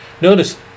notice